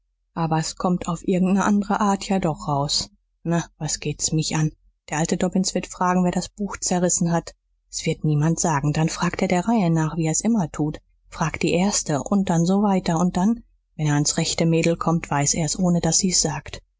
aber s kommt auf irgend ne andere art ja doch raus na was geht's mich an der alte dobbins wird fragen wer das buch zerrissen hat s wird's niemand sagen dann fragt er der reihe nach wie er's immer tut fragt die erste und dann so weiter und dann wenn er ans rechte mädel kommt weiß er's ohne daß sie's sagt